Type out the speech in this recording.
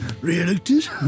Re-elected